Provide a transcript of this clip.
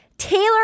Taylor